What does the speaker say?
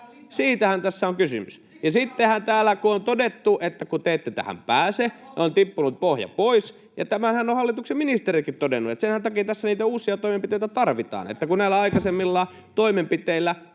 Siitähän tässä on kysymys. Ja kun sitten täällä on todettu, että te ette tähän pääse, on tippunut pohja pois, ja tämänhän on hallituksen ministerikin todennut, niin senhän takia tässä niitä uusia toimenpiteitä tarvitaan, kun näillä aikaisemmilla toimenpiteillä